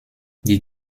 die